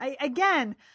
Again